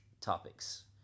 topics